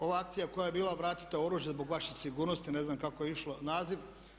Ova akcija koja je bila „Vratite oružje zbog vaše sigurnosti“ ne znam kako je išao naziv.